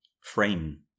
frame